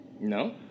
No